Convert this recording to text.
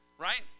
right